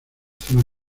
zonas